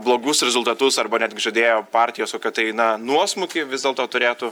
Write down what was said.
blogus rezultatus arba netgi žadėjo partijos tai na nuosmukį vis dėlto turėtų